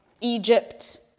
Egypt